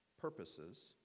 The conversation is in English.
purposes